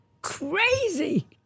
crazy